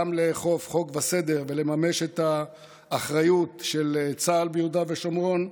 גם לאכוף חוק וסדר ולממש את האחריות של צה"ל ביהודה ושומרון,